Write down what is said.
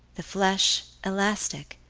the flesh elastic